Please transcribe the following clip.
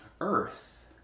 earth